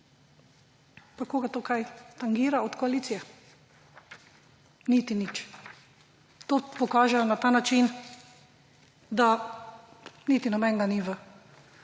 Pa koga tukaj tangira od koalicije?! Niti nič. To pokažejo na ta način, da niti nobenega ni v